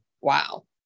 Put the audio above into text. Wow